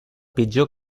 pitjor